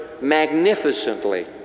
magnificently